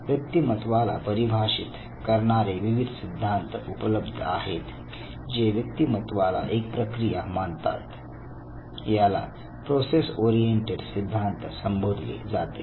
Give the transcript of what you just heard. व्यक्तिमत्वाला परिभाषेत करणारे विविध सिद्धांत उपलब्ध आहेत जे व्यक्तिमत्वाला एक प्रक्रिया मानतात याला प्रोसेस ओरिएंटेड सिद्धांत संबोधले जाते